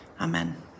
Amen